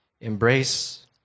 embrace